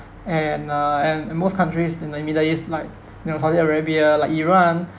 and uh and and most countries in uh the middle east like you know saudi arabia like iran